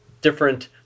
different